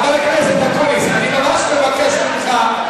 חבר הכנסת אקוניס, אני ממש מבקש ממך.